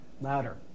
Louder